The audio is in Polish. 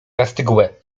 zastygłe